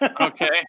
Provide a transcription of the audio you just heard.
Okay